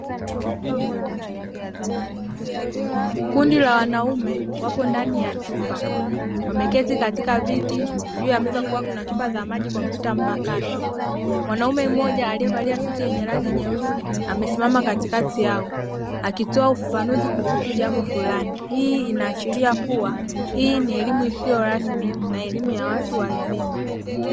Kundi la wanaume wapo ndani ya chumba. Wamekaa kwenye viti. Juu ya meza kuna chupa za maji na kompyuta mpakato. Mwanaume mmoja aliyevaa suti yenye rangi nyeusi amesimama katikati yao akitoa ufafanuzi kuhusu jambo fulani. Hii inaashiria kuwa hii ni elimu isiyo rasmi na elimu ya watu wazima.